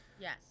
yes